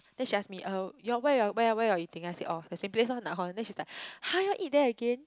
then she ask me uh you all where you where where you all eating I say oh the same place oh Nakhon then she's like !huh! you all eat there again